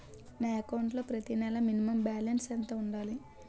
నా అకౌంట్ లో ప్రతి నెల మినిమం బాలన్స్ ఎంత ఉండాలి?